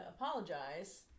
apologize